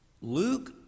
Luke